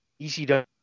ECW